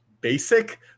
basic